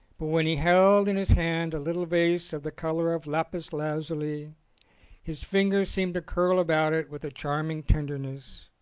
but when he held in his hand a little vase of the colour of lapis lazuli his fingers seemed to curl about it with a charming tenderness,